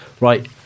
right